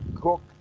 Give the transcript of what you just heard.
cook